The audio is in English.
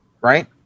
right